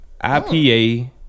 IPA